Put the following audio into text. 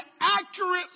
accurately